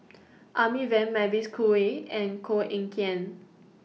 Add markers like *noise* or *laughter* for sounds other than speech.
*noise* Amy Van Mavis Khoo Oei and Koh Eng Kian